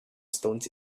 stones